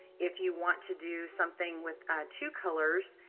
if you want to do something with two colors,